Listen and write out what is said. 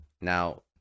Now